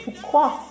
pourquoi